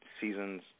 seasons